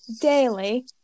daily